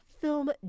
film